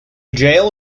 jail